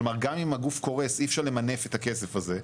כלומר, גם אם הגוף קורס אי אפשר למנף את הכסף הזה,